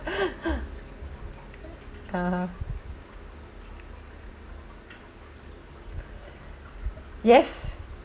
(uh huh) yes